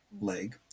leg